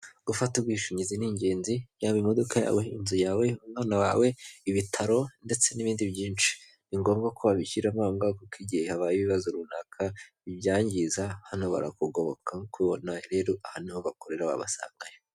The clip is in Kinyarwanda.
Gufata ubwishingizi ni ingenzi yaba imodoka yawe inzu, umwana wawe, ibitaro, ndetse n'ibindi byinshi. Ni ngombwa ko wabishyiramo ahangaha kuko igihe habaye ibibazo runaka bibyangiza hano barakugoboka nk'uko ubibona rero aha niho bakorera wabasangayo.